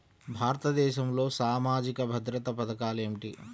భారతదేశంలో సామాజిక భద్రతా పథకాలు ఏమిటీ?